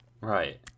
right